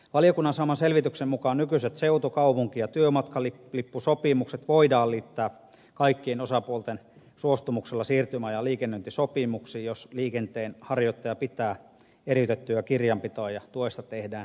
valiokunnan saaman selvityksen mukaan nykyiset seutu kaupunki ja työmatkalippusopimukset voidaan liittää kaikkien osapuolten suostumuksella siirtymäajan liikennöintisopimuksiin jos liikenteenharjoittaja pitää eriytettyä kirjanpitoa ja tuesta tehdään jälkilaskelma